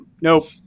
nope